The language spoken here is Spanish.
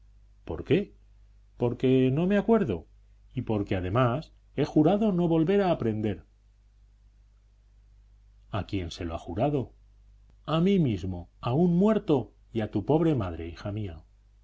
por qué porque no me acuerdo y porque además he jurado no volver a aprender a quién se lo ha jurado a mí mismo a un muerto y a tu pobre madre hija mía